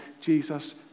Jesus